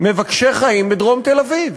מבקשי חיים בדרום תל-אביב?